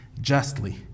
justly